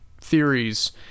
theories